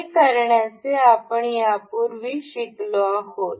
हे करण्याचे आपण यापूर्वी शिकलो आहोत